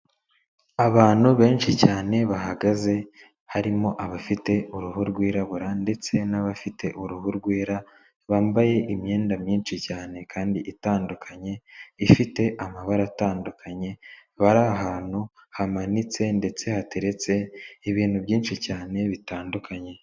Abantu benshi cyane bahagaze, harimo abafite uruhu rwirabura ndetse n'abafite uruhu rwera, bambaye imyenda myinshi cyane kandi itandukanye, ifite amabara atandukanye, bari ahantu hamanitse ndetse hateretse ibintu byinshi cyane bitandukanye.